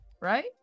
right